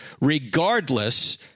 regardless